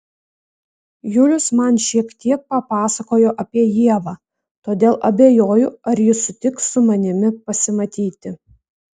julius man šiek tiek papasakojo apie ievą todėl abejoju ar ji sutiks su manimi pasimatyti